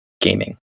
gaming